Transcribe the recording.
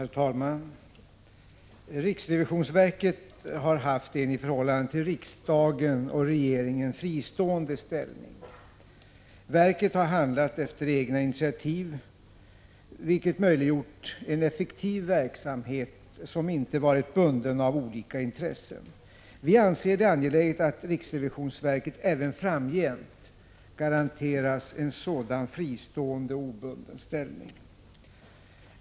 Herr talman! Riksrevisionsverket har haft en i förhållande till riksdagen och regeringen fristående ställning. Verket har handlat efter egna initiativ, vilket möjliggjort en effektiv verksamhet, som inte varit bunden av olika intressen. Vi anser det angeläget att riksrevisionsverket även framgent garanteras en sådan fristående och obunden ställning.